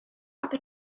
the